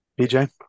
BJ